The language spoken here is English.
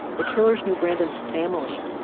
the killers knew brandon's family.